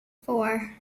four